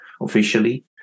officially